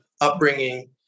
upbringing